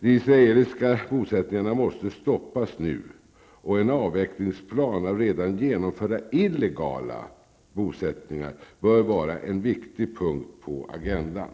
De israeliska bosättningarna måste stoppas nu, och en avvecklingsplan av redan genomförda illegala bosättningar bör vara en viktig punkt på agendan.